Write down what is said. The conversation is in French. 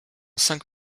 cinq